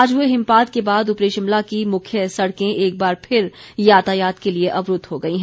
आज हुए हिमपात के बाद ऊपरी शिमला की मुख्य सड़कें एकबार फिर यातायात के लिए अवरूद्व हो गई हैं